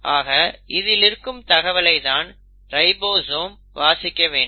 ஆக இதில் இருக்கும் தகவலை தான் ரைபோசோம் வாசிக்க வேண்டும்